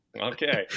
okay